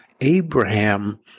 Abraham